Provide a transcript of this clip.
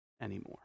anymore